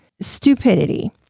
Stupidity